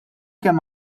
kemm